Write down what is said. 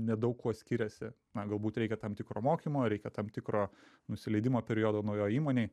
nedaug kuo skiriasi na galbūt reikia tam tikro mokymo reikia tam tikro nusileidimo periodo naujoj įmonėj